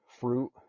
fruit